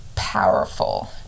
powerful